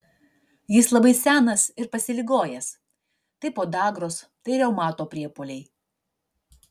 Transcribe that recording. jis labai senas ir pasiligojęs tai podagros tai reumato priepuoliai